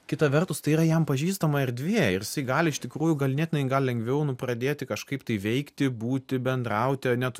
kita vertus tai yra jam pažįstama erdvė ir gali iš tikrųjų ganėtinai gal lengviau nu pradėti kažkaip tai veikti būti bendrauti ane